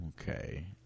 okay